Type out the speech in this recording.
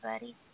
Buddy